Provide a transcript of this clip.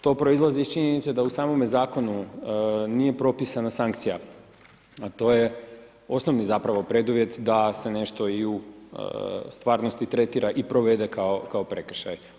To proizlazi iz činjenice da u samome zakonu nije propisana sankcija, a to je osnovni zapravo preduvjet da se nešto i u stvarnosti tretira i provede kao prekršaj.